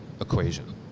equation